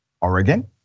Oregon